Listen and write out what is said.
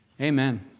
Amen